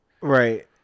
Right